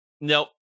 Nope